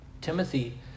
Timothy